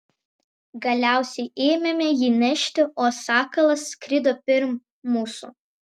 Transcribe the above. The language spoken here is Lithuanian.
galiausiai ėmėme jį nešti o sakalas skrido pirm mūsų